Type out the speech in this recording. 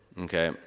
Okay